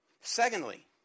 Secondly